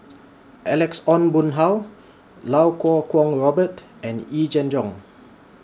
Alex Ong Boon Hau Iau Kuo Kwong Robert and Yee Jenn Jong